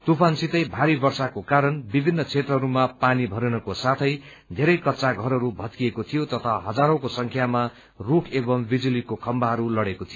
तूफानसितै भारी वर्षाको कारण विभिन्न क्षेत्रहरूमा पानी भरिनुको साथै धेरै कच्चा घरहरू भत्किएको थियो तथा हजारौंको संख्यामा रूख एवं बिजुलीको खम्बाहरू लड़ेको थियो